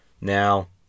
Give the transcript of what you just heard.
Now